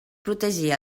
protegir